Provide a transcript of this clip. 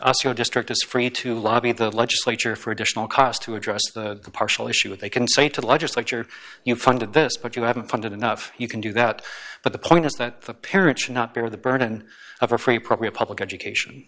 your district is free to lobby the legislature for additional cost to address the partial issue or they can say to the legislature you funded this but you haven't funded enough you can do that but the point is that the parents should not bear the burden of a free probably a public education